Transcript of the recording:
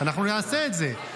אנחנו נעשה את זה.